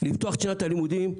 לפתוח את שנת הלימודים,